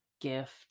gift